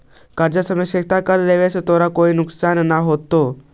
कर्जा समझौता कर लेवे से तोरा कोई नुकसान न होतवऽ